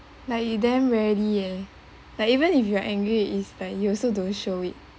like you damn ready eh like even if you are angry is but you also don't show it